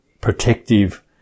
protective